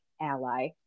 ally